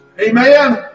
Amen